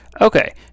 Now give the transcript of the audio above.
Okay